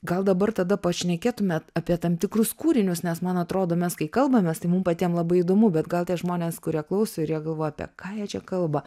gal dabar tada pašnekėtume apie tam tikrus kūrinius nes man atrodo mes kai kalbamės tai mum patiems labai įdomu bet gal tie žmonės kurie klauso ir jie galvoja apie ką jie čia kalba